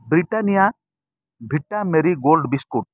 Britannia vita marie gold biscuit